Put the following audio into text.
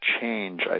change